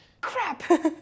crap